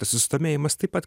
tas susidomėjimas taip pat